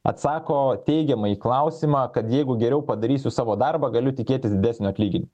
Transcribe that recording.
atsako teigiamai į klausimą kad jeigu geriau padarysiu savo darbą galiu tikėtis didesnio atlyginimo